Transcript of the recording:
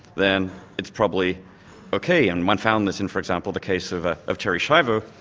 then it's probably ok. and one found this in, for example, the case of ah of terri schiavo,